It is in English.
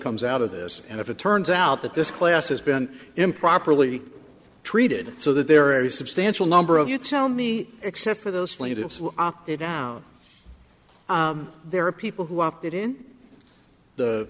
comes out of this and if it turns out that this class has been improperly treated so that there is substantial number of you tell me except for those slated it down there are people who opted in the